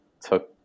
took